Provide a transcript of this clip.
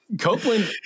Copeland